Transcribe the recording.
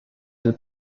del